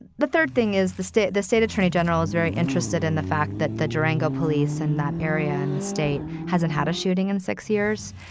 the the third thing is the state the state attorney general is very interested in the fact that the durango police in that area and the state hasn't had a shooting in six years.